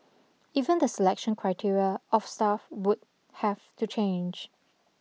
even the selection criteria of staff would have to change